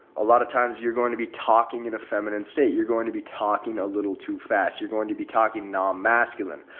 a lot of times you're going to be talking in a feminine state, you're going to be talking a little too fast. you're going to be talking non-masculine.